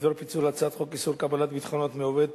בדבר פיצול הצעת חוק איסור קבלת ביטחונות מעובד,